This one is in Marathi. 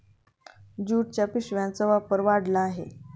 ज्यूटच्या पिशव्यांचा वापर वाढला आहे